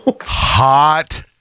Hot